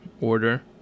order